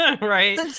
Right